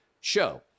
show